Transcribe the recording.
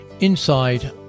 Inside